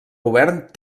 govern